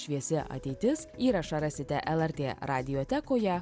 šviesi ateitis įrašą rasite lrt radiotekoje